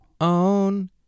own